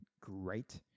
great